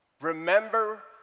Remember